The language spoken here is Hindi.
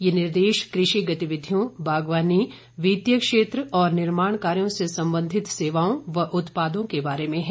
ये निर्देश कृषि गतिविधियों बागवानी वित्तीय क्षेत्र और निर्माण कार्यो से संबंधित सेवाओं व उत्पादों के बारे में हैं